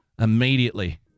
Immediately